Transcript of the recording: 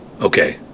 Okay